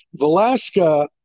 Velasca